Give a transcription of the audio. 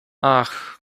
ach